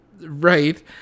Right